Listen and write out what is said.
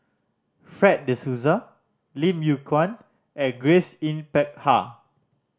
Fred De Souza Lim Yew Kuan and Grace Yin Peck Ha